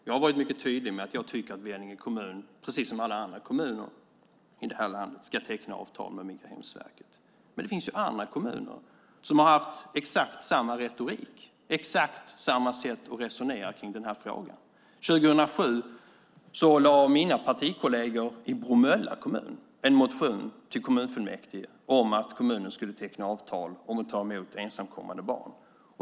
Jag har varit mycket tydlig med att jag tycker att Vellinge kommun, precis som alla andra kommuner i det här landet, ska teckna avtal med Migrationsverket. Men det finns andra kommuner som har haft exakt samma retorik, exakt samma sätt att resonera kring den här frågan. 2007 väckte mina partikolleger i Bromölla kommun en motion till kommunfullmäktige om att kommunen skulle teckna avtal om att ta emot ensamkommande barn.